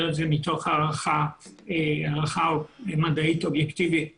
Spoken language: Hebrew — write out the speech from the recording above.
את זה מתוך הערכה מדעית אובייקטיבית לחלוטין.